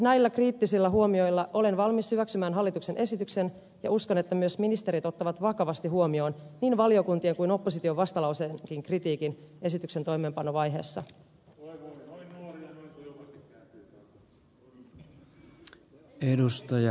näillä kriittisillä huomioilla olen valmis hyväksymään hallituksen esityksen ja uskon että myös ministerit ottavat vakavasti huomioon niin valiokuntien kuin opposition vastalauseenkin kritiikin esityksen toimeenpanovaiheessa